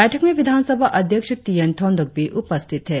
बैठक में विधान सभा अध्यक्ष टी एन थोंगडोक भी उपस्थित थे